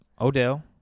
Odell